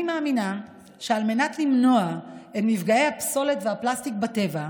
אני מאמינה שעל מנת למנוע את מפגעי הפסולת והפלסטיק בטבע,